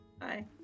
Bye